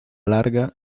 larga